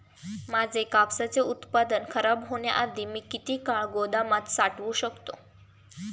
माझे कापसाचे उत्पादन खराब होण्याआधी मी किती काळ गोदामात साठवू शकतो?